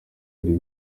bari